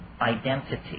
identity